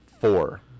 Four